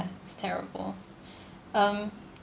it's terrible mm